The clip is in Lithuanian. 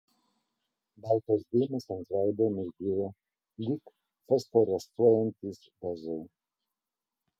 baltos dėmės ant veido mirgėjo lyg fosforescuojantys dažai